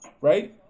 right